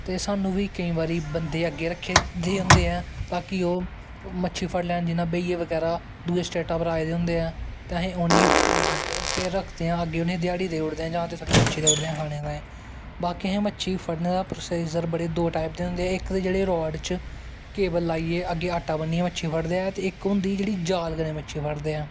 ते स्हानू बी केंई बारी बंदे अग्गैं रक्खे दे होंदे ऐं ताकि ओह् मच्छी फड़ी लैन जियां भेइये बगैरा दूई स्टेटा पर आए दे होंदे ऐं ते अस उनेंगी रखदे आं ध्याड़ी बगैरा देई ओड़दे आं जां मच्छी देई ओड़दे आं खानें तांई ते बाकी मच्छी फड़नें दे परसिज़र बड़े टाईप दे होंदे ऐं इक ते राड़ च केवल लाईयै एगे गैं आटा बन्नियै मच्छी फड़दे ऐं ते इक होंदी जेह्ड़ी जाल कन्नैं मच्छी फड़दे ऐं